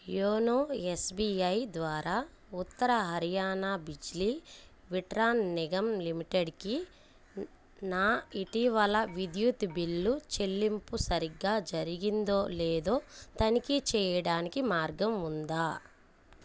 YONO S B I ద్వారా ఉత్తర హర్యానా బిజ్లీ విట్రాన్ నిగమ్ లిమిటెడ్కి నా ఇటీవల విద్యుత్ బిల్లు చెల్లింపు సరిగ్గా జరిగిందో లేదో తనిఖీ చేయడానికి మార్గం ఉందా